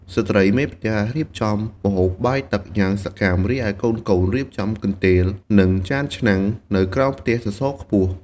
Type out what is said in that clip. ស្ត្រីមេផ្ទះរៀបចំម្ហូបបាយទឹកយ៉ាងសកម្ម រីឯកូនៗរៀបចំកន្ទេល និងចានឆ្នាំងនៅក្រោមផ្ទះសសរខ្ពស់។